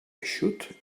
eixut